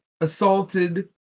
assaulted